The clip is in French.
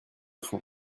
fond